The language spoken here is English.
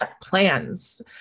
plans